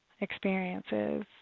experiences